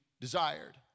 desired